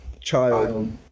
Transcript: child